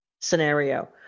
scenario